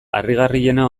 harrigarriena